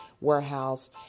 warehouse